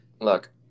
look